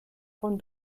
von